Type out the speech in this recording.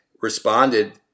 responded